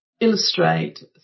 illustrate